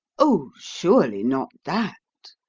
oh, surely not that!